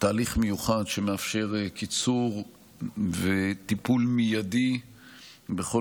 תהליך מיוחד שמאפשר קיצור וטיפול מיידי בכל